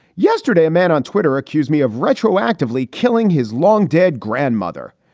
yesterday, a man on twitter accused me of retroactively killing his long dead grandmother.